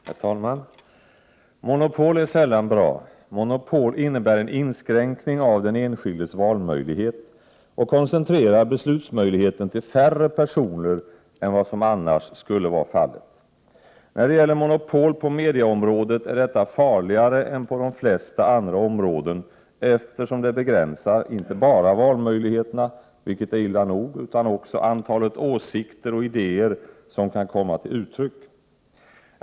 Herr talman! Monopol är sällan bra. Monopol innebär en inskränkning av den enskildes valmöjlighet och koncentrerar beslutmöjligheten till färre personer än vad som annars skulle vara fallet. När det gäller monopol på medieområdet är detta farligare än på de flesta andra områden eftersom det begränsar inte bara valmöjligheterna, vilket är illa nog, utan också antalet åsikter och idéer som kan komma till uttryck.